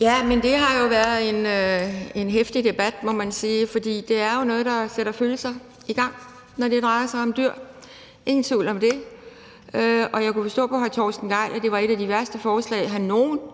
Tak. Det har jo været en heftig debat, må man sige, for det er jo noget, der sætter følelserne i gang, når det drejer sig om dyr – ingen tvivl om det. Jeg kunne forstå på hr. Torsten Gejl, at det var et af de værste forslag, han nogen